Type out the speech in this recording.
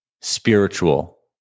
spiritual